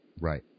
Right